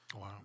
Wow